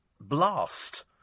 blast